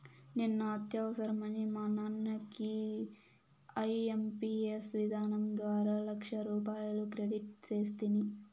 నిన్న అత్యవసరమని మా నాన్నకి ఐఎంపియస్ విధానం ద్వారా లచ్చరూపాయలు క్రెడిట్ సేస్తిని